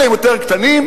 אבל הם יותר קטנים.